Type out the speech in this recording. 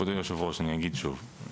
כבוד היושב-ראש, אני אגיד שוב.